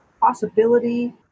possibility